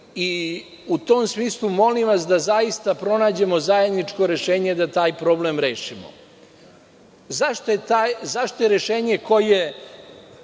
U tom smislu, molim vas, da zaista pronađemo zajedničko rešenje da taj problem rešimo.Zašto je rešenje o